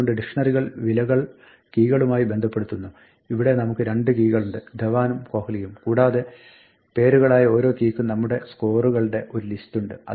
അതുകൊണ്ട് ഡിക്ഷ്ണറികൾ വിലകൾ കീകളുമായി ബന്ധപ്പെടുത്തുന്നു ഇവിടെ നമുക്ക് രണ്ട് കീകളുണ്ട് ധവാനും കോഹ്ലിയും കൂടാതെ പേരുകളായ ഓരോ കീക്കും നമുക്ക് സ്കോറുകളുടെ ഒരു ലിസ്റ്റുണ്ട്